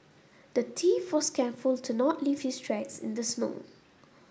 the thief was careful to not leave his tracks in the snow